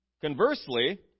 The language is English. Conversely